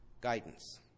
guidance